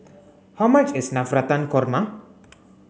how much is Navratan Korma